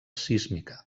sísmica